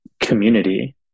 community